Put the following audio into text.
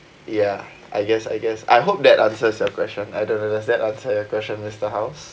ya I guess I guess I hope that answers your question I don't know does that answer your question mister house